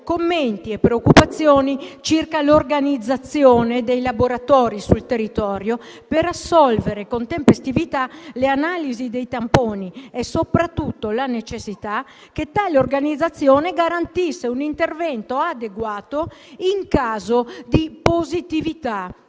commenti e preoccupazioni circa l'organizzazione dei laboratori sul territorio per assolvere con tempestività le analisi dei tamponi e, soprattutto, la necessità che tale organizzazione garantisse un intervento adeguato in caso di positività